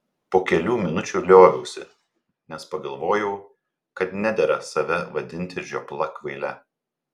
po kelių minučių lioviausi nes pagalvojau kad nedera save vadinti žiopla kvaile